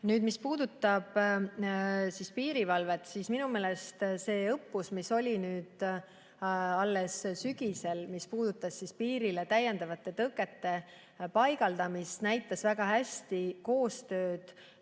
Mis puudutab piirivalvet, siis minu meelest see õppus, mis oli sügisel ja puudutas piirile täiendavate tõkete paigaldamist, näitas väga hästi koostööd